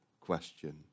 question